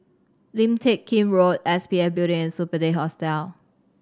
Lim Teck Kim Road S P F Building and Superb Hostel